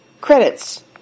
Credits